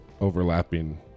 overlapping